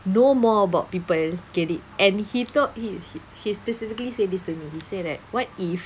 know more about people get it and he thought he he basically said this to me he said that what if